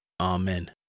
Amen